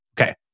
Okay